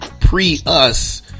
pre-us